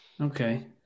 okay